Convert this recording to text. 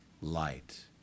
light